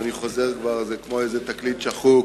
ואני חוזר על זה כבר כמו איזה תקליט שחוק.